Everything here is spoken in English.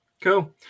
Cool